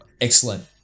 Excellent